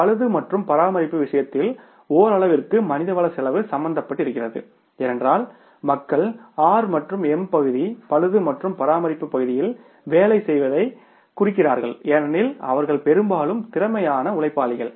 பழுது மற்றும் பராமரிப்பு விஷயத்தில் ஓரளவிற்கு மனிதவளச் செலவு சம்பந்தப்பட்டிருக்கிறது ஏனென்றால் மக்கள் ஆர் மற்றும் எம் பகுதி பழுது மற்றும் பராமரிப்புப் பகுதியில் வேலை செய்வதைக் குறிக்கிறார்கள் ஏனெனில் அவர்கள் பெரும்பாலும் திறமையான உழைப்பாளிகள்